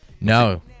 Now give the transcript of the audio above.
No